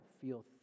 feel